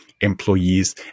employees